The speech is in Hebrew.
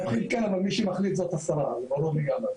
כן, אבל מי שמחליט היא השרה, זה ברור לגמרי.